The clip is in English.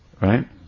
Right